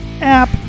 app